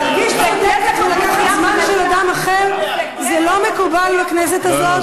להרגיש צודקת ולקחת זמן של אדם אחר זה לא מקובל בכנסת הזאת.